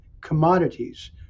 commodities